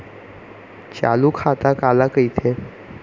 चालू खाता काला कहिथे?